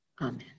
Amen